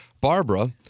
Barbara